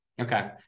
Okay